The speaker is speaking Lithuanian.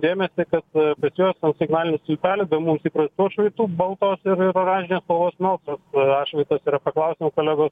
dėmesį kad pas juos ant signalinių stulpelių be mums įprastų atšvaitų baltos ir oranžinės spalvos melsvas atšvaitas yra paklausėm kolegos